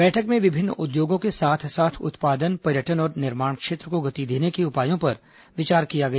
बैठक में विभिन्न उद्योगों के साथ साथ उत्पादन पर्यटन और निर्माण क्षेत्र को गति देने के उपायों पर विचार किया गया